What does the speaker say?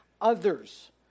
others